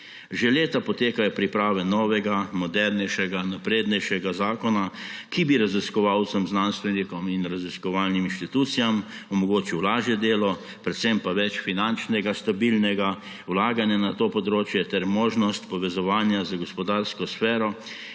Že leta potekajo priprave novega, modernejšega, naprednejšega zakona, ki bi raziskovalcem, znanstvenikom in raziskovalnim inštitucijam omogočil lažje delo, predvsem pa več finančnega stabilnega vlaganja na to področje ter možnost povezovanja z gospodarsko sfero